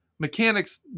Mechanics